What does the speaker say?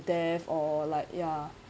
death or like ya